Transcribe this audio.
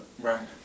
Right